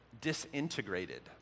disintegrated